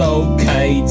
okay